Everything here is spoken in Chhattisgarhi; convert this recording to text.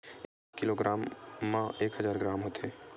एक किलोग्राम मा एक हजार ग्राम होथे